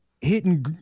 hitting